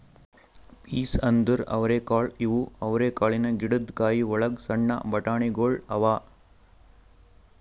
piece ಅಂದುರ್ ಅವರೆಕಾಳು ಇವು ಅವರೆಕಾಳಿನ ಗಿಡದ್ ಕಾಯಿ ಒಳಗ್ ಸಣ್ಣ ಬಟಾಣಿಗೊಳ್ ಅವಾ